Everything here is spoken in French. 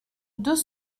deux